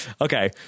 Okay